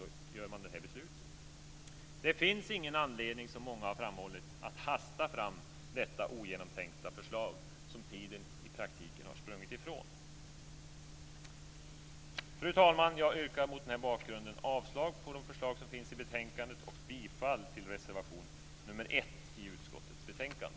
Det finns ingen anledning, som många har framhållit, att hasta fram med detta ogenomtänkta förslag som tiden i praktiken har sprungit ifrån. Fru talman! Jag yrkar mot den här bakgrunden avslag på de förslag som finns i betänkandet och bifall till reservation nr 1 i utskottets betänkande.